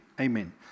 Amen